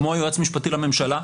כמו יועץ משפטי לממשלה,